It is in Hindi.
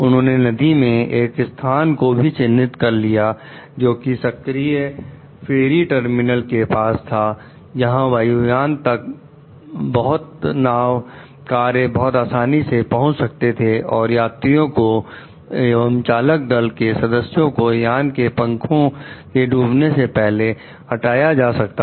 उन्होंने नदी में एक स्थान को भी चिन्हित कर लिया जोकि सक्रिय फेरी टर्मिनल के पास था जहां वायुयान तक बहुत नाव काय बहुत आसानी से पहुंच सके हैं और यात्रियों को एवं चालक दल के सदस्यों को यान के पंखों के डूबने से पहले हटा सकें